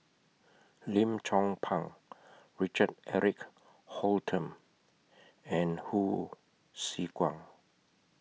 Lim Chong Pang Richard Eric Holttum and Hsu Tse Kwang